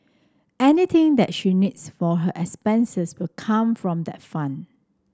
anything that she needs for her expenses will come from that fund